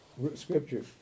Scripture